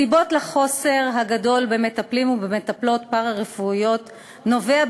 החוסר הגדול במטפלים ובמטפלות פארה-רפואיים נובע,